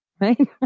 Right